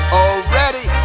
already